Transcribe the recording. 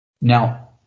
Now